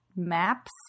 Maps